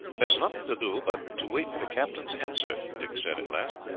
there is nothing to do but to wait for the captain's answer, dick said at last.